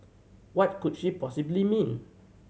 what could she possibly mean